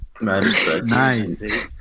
Nice